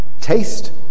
taste